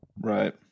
Right